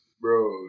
bro